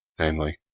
namely,